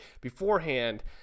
beforehand